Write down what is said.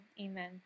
amen